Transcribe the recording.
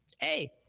hey